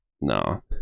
No